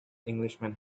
englishman